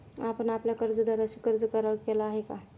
आपण आपल्या कर्जदाराशी कर्ज करार केला आहे का?